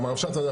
גם הרבש"ץ הזה,